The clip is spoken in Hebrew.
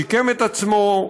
שיקם את עצמו,